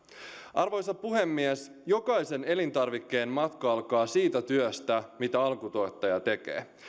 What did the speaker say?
arvoisa puhemies jokaisen elintarvikkeen matka alkaa siitä työstä mitä alkutuottaja tekee